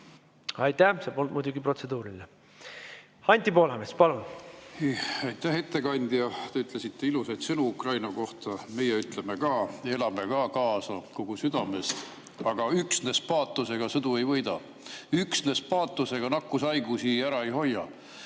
palun! See polnud muidugi protseduuriline. Anti Poolamets, palun! Aitäh, ettekandja! Te ütlesite ilusaid sõnu Ukraina kohta, meie ütleme ka, elame ka kaasa kogu südamest, aga üksnes paatosega sõdu ei võida, üksnes paatosega nakkushaigusi ära ei hoia.